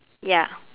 ya